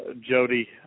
Jody